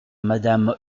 madame